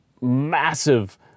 massive